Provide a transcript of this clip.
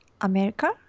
America